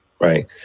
right